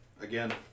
again